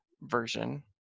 version